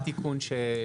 עם התיקון.